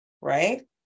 right